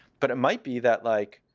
but it might be that, like,